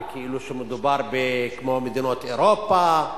וכאילו מדובר במדינות אירופה,